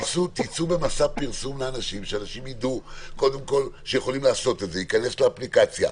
צאו במסע פרסום על מנת שאנשים ידעו שהם יכולים להיכנס לאפליקציה.